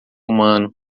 humano